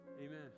Amen